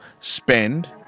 spend